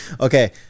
Okay